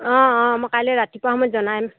অঁ অঁ মই কাইলৈ ৰাতিপুৱা সময়ত জনাম